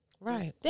Right